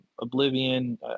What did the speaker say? Oblivion